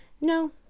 No